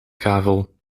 kavel